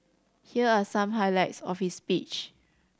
here are some highlights of his speech